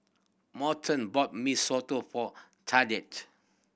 Morton bought Mee Soto for